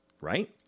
right